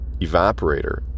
evaporator